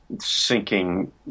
sinking